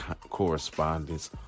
correspondents